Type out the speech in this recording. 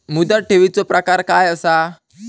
मुदत ठेवीचो प्रकार काय असा?